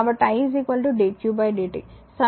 కాబట్టి i dq dt సమీకరణం 1